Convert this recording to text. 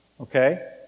Okay